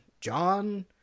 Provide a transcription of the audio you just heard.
John